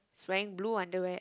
he's wearing blue underwear